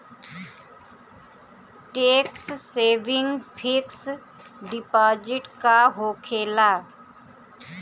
Tax saving fix deposit का होखे ला?